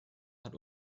hat